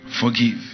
forgive